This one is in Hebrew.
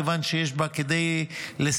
מכיוון שיש בה כדי לסייע,